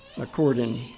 according